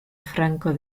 franco